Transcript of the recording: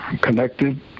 connected